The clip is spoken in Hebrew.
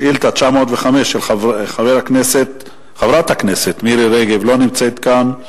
שאילתא 905 של חברת הכנסת מירי רגב, לא נמצאת כאן.